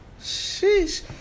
Sheesh